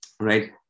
right